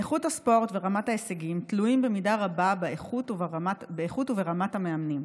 איכות הספורט ורמת ההישגים תלויים במידה רבה באיכות וברמה של המאמנים.